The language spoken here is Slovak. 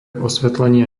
osvetlenia